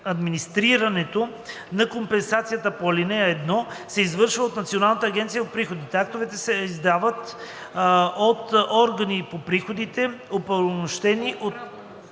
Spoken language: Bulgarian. Администрирането на компенсацията по ал. 1 се извършва от Националната агенция за приходите. Актовете се издават от органи по приходите, оправомощени от